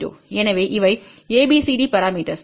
எனவே இவை ABCD parameters